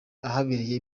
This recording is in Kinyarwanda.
ahabereye